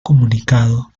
comunicado